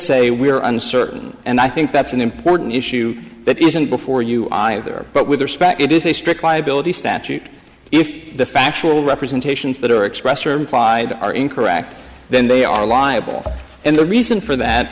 say we are uncertain and i think that's an important issue that isn't before you either but with respect it is a strict liability statute if the factual representations that are expressed or implied are incorrect then they are liable and the reason for that